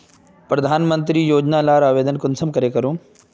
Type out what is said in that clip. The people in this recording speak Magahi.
प्रधानमंत्री योजना लार आवेदन कुंसम करे करूम?